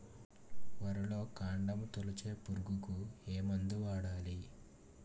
వరిలో కాండము తొలిచే పురుగుకు ఏ మందు వాడాలి?